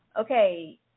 okay